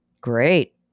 Great